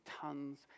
tons